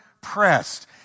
pressed